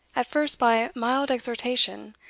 at first by mild exhortation,